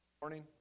Morning